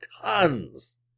Tons